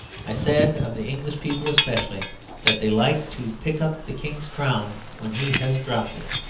i said of the english people specially that they like to pick up the king's crown when he has dropped it.